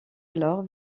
alors